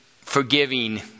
forgiving